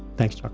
thanks, chuck.